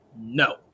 no